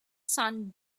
son